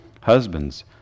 Husbands